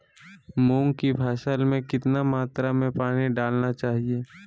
मूंग की फसल में कितना मात्रा में पानी डालना चाहिए?